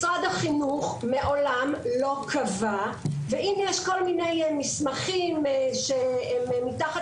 משרד החינוך מעולם לא קבע ואם יש כל מיני מסמכים שהם מתחת